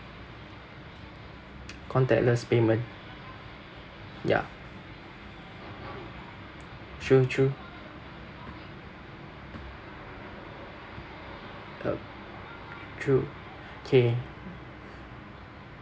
contactless payment ya true true uh true K